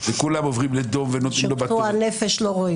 וכולם עוברים לדום ונותנים לו --- כשפגוע נפש לא רואים.